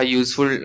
useful